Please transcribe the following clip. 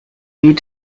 need